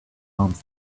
arms